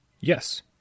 Yes